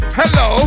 hello